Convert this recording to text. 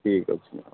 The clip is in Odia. ଠିକ୍ ଅଛି ମ୍ୟାଡ଼ମ୍